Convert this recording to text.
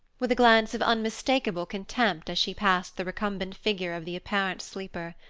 with a glance of unmistakable contempt as she passed the recumbent figure of the apparent sleeper.